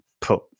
put